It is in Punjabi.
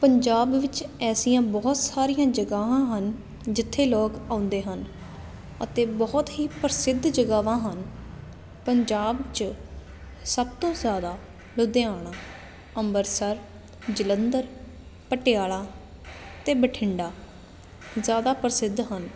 ਪੰਜਾਬ ਵਿੱਚ ਐਸੀਆਂ ਬਹੁਤ ਸਾਰੀਆਂ ਜਗਾਵਾਂ ਹਨ ਜਿੱਥੇ ਲੋਕ ਆਉਂਦੇ ਹਨ ਅਤੇ ਬਹੁਤ ਹੀ ਪ੍ਰਸਿੱਧ ਜਗਾਵਾਂ ਹਨ ਪੰਜਾਬ 'ਚ ਸਭ ਤੋਂ ਜ਼ਿਆਦਾ ਲੁਧਿਆਣਾ ਅੰਮ੍ਰਿਤਸਰ ਜਲੰਧਰ ਪਟਿਆਲਾ ਅਤੇ ਬਠਿੰਡਾ ਜ਼ਿਆਦਾ ਪ੍ਰਸਿੱਧ ਹਨ